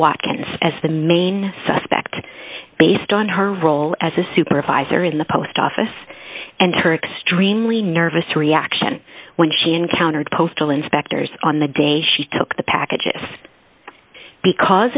watkins as the main suspect based on her role as a supervisor in the post office and turks dreamily nervous reaction when she encountered postal inspectors on the day she took the packages because